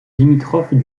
limitrophe